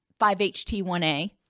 5-HT1A